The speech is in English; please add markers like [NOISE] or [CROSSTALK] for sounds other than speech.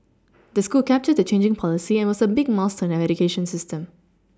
[NOISE] the school captured the changing policy and it was a big milestone in our education system